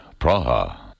Praha